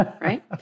right